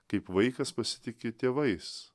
kaip vaikas pasitiki tėvais